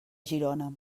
girona